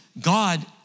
God